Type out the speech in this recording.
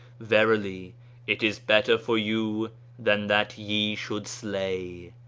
verily it is better for you than that ye should slay.